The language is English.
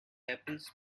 apples